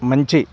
మంచి